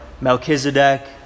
Melchizedek